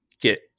get